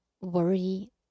worry